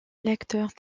lecteurs